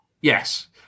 yes